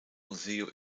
museo